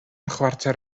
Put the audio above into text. chwarter